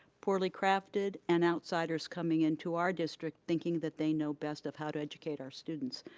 poorly crafted, and outsiders coming into our district thinking that they know best of how to educate our students,